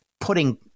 putting